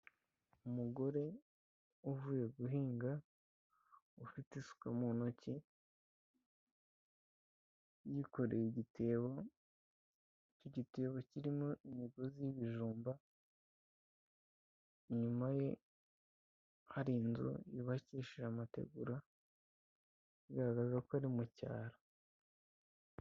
Umugore uvuye guhinga ufite isuka mu ntoki yikoreye igitebo cy'igitebo kirimo imigozi y'ibijumba inyuma ye hari inzu yubakishije amategura igaragaza ko ari mu cyaro.